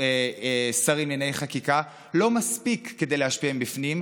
שרים לענייני חקיקה לא מספיק כדי להשפיע מבפנים,